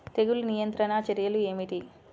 తెగులు నియంత్రణ చర్యలు ఏమిటి?